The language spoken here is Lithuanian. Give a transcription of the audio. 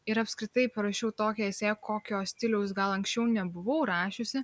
ir apskritai parašiau tokį esė kokio stiliaus gal anksčiau nebuvau rašiusi